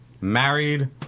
married